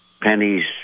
pennies